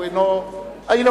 הנה,